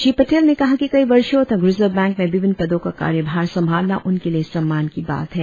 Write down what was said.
श्री पटेल ने कहा कि कई वर्षों तक रिजर्व बैंक में विभिन्न पदों का कार्यभार संभालना उनके लिए सम्मान की बात है